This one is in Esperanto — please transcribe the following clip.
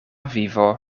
vivo